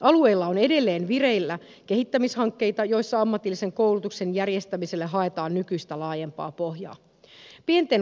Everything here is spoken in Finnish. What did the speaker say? alueilla on edelleen vireillä kehittämishankkeita joissa ammatillisen koulutuksen järjestämiselle haetaan nykyistä laajempaa pohjaa